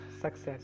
success